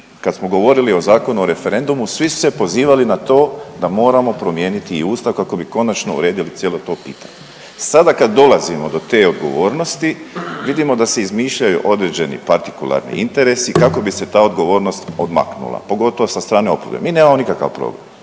kad smo govorili o Zakonu o referendumu svi su se pozivali na to da moramo promijeniti i ustav kako bi konačno uredili cijelo to pitanje. Sada kada dolazimo do te odgovornosti vidimo da se izmišljaju određeni partikularni interesi kako bi se ta odgovornost odmaknula, pogotovo sa strane oporbe, mi nemamo nikakav problem,